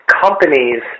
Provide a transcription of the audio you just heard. companies